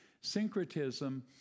Syncretism